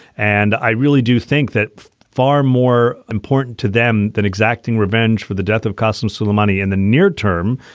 and i really do think that far more important to them than exacting revenge for the death of custom so the in and the near-term.